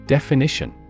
Definition